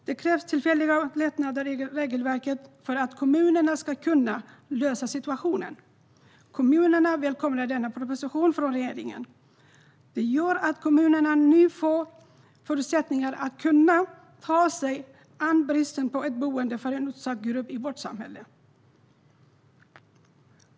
Det krävs tillfälliga lättnader i regelverket för att kommunerna ska kunna lösa situationen. Kommunerna välkomnar propositionen från regeringen. Den gör att kommunerna nu får förutsättningar att kunna ta sig an bristen på boende för en utsatt grupp i vårt samhälle.